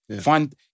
find